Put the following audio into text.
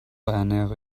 ernähre